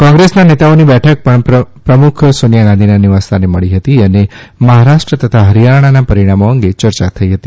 કોંગ્રેસના નેતાઓની બેઠક પણ પ્રમુખ સોનિયા ગાંધીના નિવાસ સ્થાને મળી હતી અને મહારાષ્ટ્ર તથા હરિયાણાનાં પરિણામો અંગે ચર્ચા કરી હતી